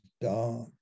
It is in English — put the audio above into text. dark